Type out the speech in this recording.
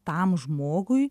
tam žmogui